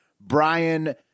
Brian